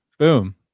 Boom